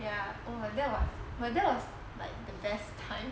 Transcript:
ya oh that was oh that was like the best time